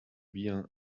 bien